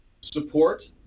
support